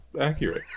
accurate